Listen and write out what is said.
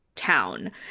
town